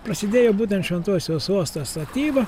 prasidėjo būtent šventosios uosto statyba